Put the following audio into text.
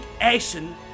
action